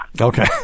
Okay